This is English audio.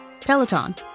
Peloton